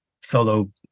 solo